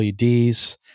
LEDs